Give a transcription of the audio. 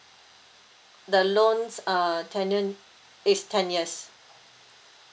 the loans uh tenant is ten years